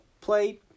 play